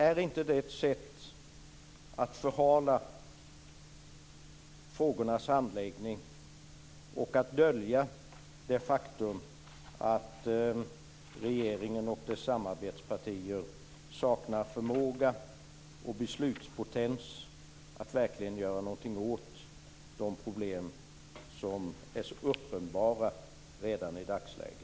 Är inte det ett sätt att förhala frågornas handläggning och dölja det faktum att regeringen och dess samarbetspartier saknar beslutspotens och förmåga att verkligen göra något åt de problem som är så uppenbara redan i dagsläget?